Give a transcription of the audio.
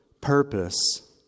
purpose